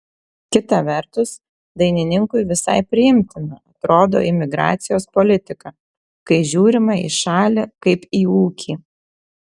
kita vertus dainininkui visai priimtina atrodo imigracijos politika kai žiūrima į šalį kaip į ūkį